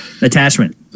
attachment